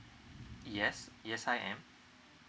yes yes I am